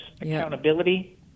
accountability